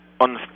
On